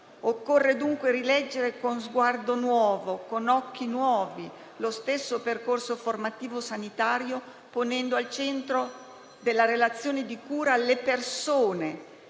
Occorre dunque rileggere con sguardo nuovo, con occhi nuovi, lo stesso percorso formativo sanitario, ponendo al centro della relazione di cura le persone